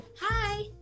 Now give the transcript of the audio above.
hi